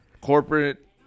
corporate